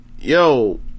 yo